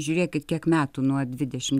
žiūrėkit kiek metų nuo dvidešim